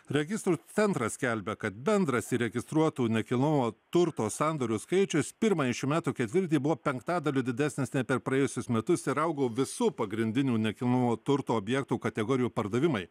registrų centras skelbia kad bendras įregistruotų nekilnojamo turto sandorių skaičius pirmąjį šių metų ketvirtį buvo penktadaliu didesnis nei per praėjusius metus ir augo visų pagrindinių nekilnojamojo turto objektų kategorijų pardavimai